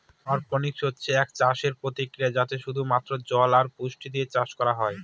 অরপনিক্স হচ্ছে একটা চাষের প্রক্রিয়া যাতে শুধু মাত্র জল আর পুষ্টি দিয়ে চাষ করা হয়